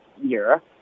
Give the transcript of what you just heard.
year